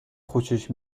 خوشش